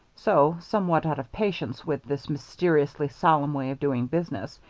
so, somewhat out of patience with this mysteriously solemn way of doing business,